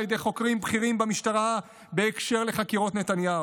ידי חוקרים בכירים במשטרה בקשר לחקירות נתניהו.